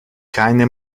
keine